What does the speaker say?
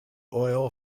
oil